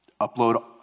upload